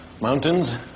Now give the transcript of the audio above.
mountains